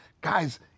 guys